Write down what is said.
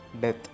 death